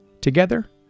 Together